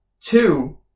Two